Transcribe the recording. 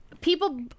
people